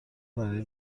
برای